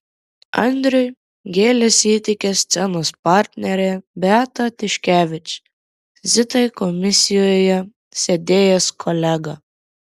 andriui gėles įteikė scenos partnerė beata tiškevič zitai komisijoje sėdėjęs kolega